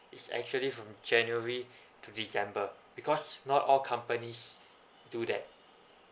is actually from january to december because not all companies do that